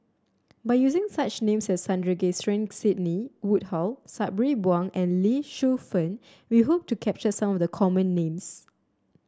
by using such names Sandrasegaran Sidney Woodhull Sabri Buang and Lee Shu Fen we hope to capture some of the common names